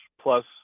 plus